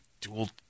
dual